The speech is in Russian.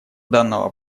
данного